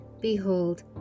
Behold